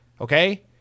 Okay